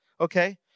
okay